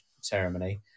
ceremony